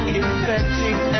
infecting